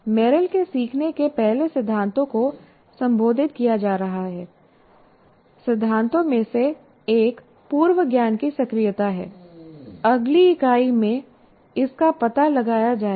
Merrill के सीखने के पहले सिद्धांतों को संबोधित किया जा रहा है सिद्धांतों में से एक पूर्व ज्ञान की सक्रियता है अगली इकाई में इसका पता लगाया जाएगा